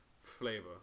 flavor